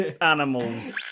animals